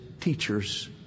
teachers